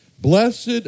Blessed